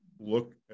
look